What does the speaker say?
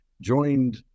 joined